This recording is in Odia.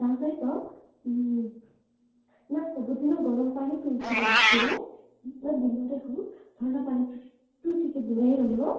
ତା ସହିତ ନା ସବୁଦିନ ଗରମ ପାଣି ପିଉଥିବ ରାତିରେ ବା ଦିନରେ ହେଉ ଥଣ୍ଡା ପାଣିଠୁ ଟିକେ ଦୂରେଇ ରହିବ